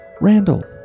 Randall